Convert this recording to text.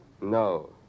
No